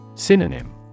Synonym